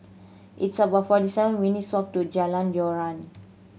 it's about forty seven minutes walk to Jalan Joran